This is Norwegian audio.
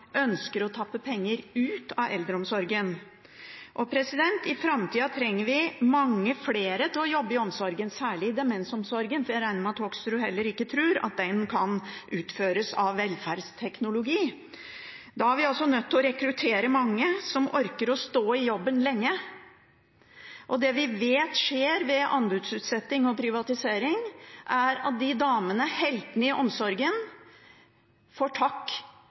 ønsker å tappe penger ut av eldreomsorgen. I framtida trenger vi mange flere til å jobbe i omsorgen, særlig i demensomsorgen, for jeg regner med at Hoksrud heller ikke tror at den kan utføres av velferdsteknologi. Da er vi nødt til å rekruttere mange som orker å stå i jobben lenge. Det vi vet skjer ved anbudsutsetting og privatisering, er at de damene, heltene i omsorgen, får takk